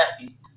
happy